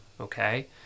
okay